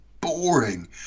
boring